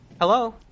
hello